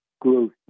growth